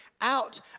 out